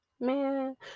Man